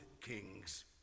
kings